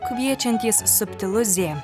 kviečiantys subtilu zė